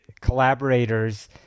collaborators